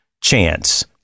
chance